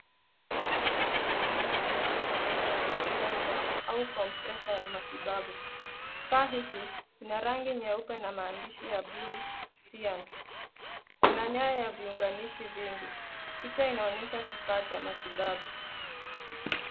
Kifaa cha umeme kinachofanana na nebulizer au compressor ya matibabu. Kifaa hiki kina rangi nyeupe na maandishi ya blue cyan . Kuna nyaya ya viunganishi nyingi. Picha inaonyesha kifaa cha matibabu.